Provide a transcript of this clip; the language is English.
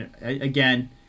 again